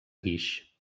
guix